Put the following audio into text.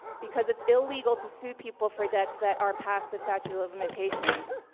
because it's illegal to sue people for debts that are past the statute of limitations,